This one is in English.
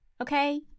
okay